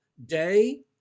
day